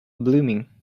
blooming